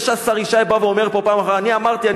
זה שהשר ישי בא ואומר פה: אני אמרתי,